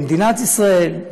למדינת ישראל?